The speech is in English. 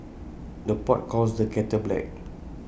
the pot calls the kettle black